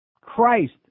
Christ